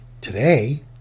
Today